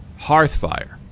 Hearthfire